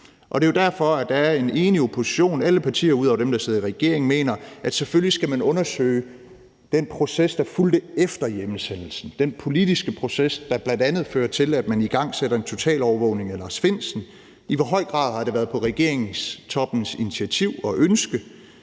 Det er jo derfor, at en enig opposition – alle partier ud over dem, der sidder i regering – mener, at selvfølgelig skal man undersøge den proces, der fulgte efter hjemsendelsen; den politiske proces, der bl.a. fører til, at man igangsætter en totalovervågning af Lars Findsen. I hvor høj grad har det været på regeringstoppens initiativ og deres